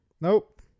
Nope